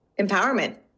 empowerment